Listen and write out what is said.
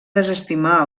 desestimar